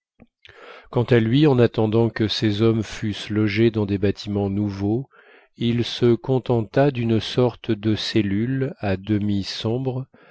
quant à lui en attendant que ses hommes fussent logés dans des bâtiments nouveaux il se contenta d'une sorte de cellule à demi sombre